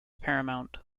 paramount